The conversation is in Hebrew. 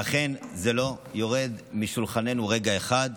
ואכן, זה לא יורד משולחננו רגע אחד.